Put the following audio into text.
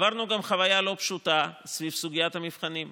עברנו גם חוויה לא פשוטה סביב סוגיית המבחנים.